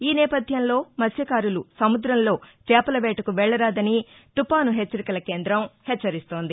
ఈ నేపథ్యంలో మత్స్టకారులు సముద్రంలో చేపల వేటకు వెళ్లరాదని తుపాను హెచ్చరికల కేంద్రం హెచ్చరిస్తోంది